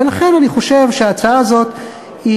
ולכן אני חושב שההצעה הזאת,